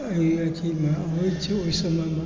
एथीमे अबै छै ओहि समयमे